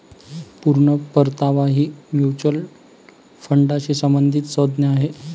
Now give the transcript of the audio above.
पूर्ण परतावा ही म्युच्युअल फंडाशी संबंधित संज्ञा आहे